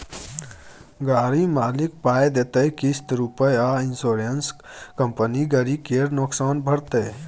गाड़ी मालिक पाइ देतै किस्त रुपे आ इंश्योरेंस कंपनी गरी केर नोकसान भरतै